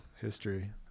history